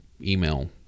email